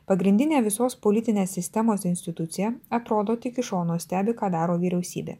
pagrindinė visos politinės sistemos institucija atrodo tik iš šono stebi ką daro vyriausybė